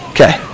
Okay